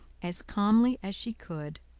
as calmly as she could,